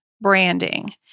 branding